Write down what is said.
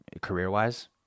career-wise